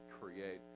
create